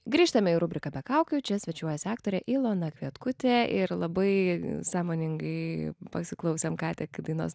grįžtame į rubriką be kaukių čia svečiuojasi aktorė ilona kvietkutė ir labai sąmoningai pasiklausėm ką tik dainos